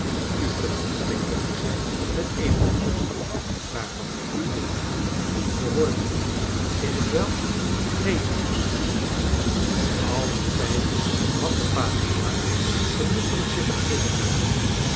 u kunt niet bekend zijn met eene familie waarvan u den naam niet gehoord hebt is t wel neen immers al dien tijd had de patriarch genoegelijk zitten